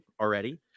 already